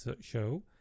Show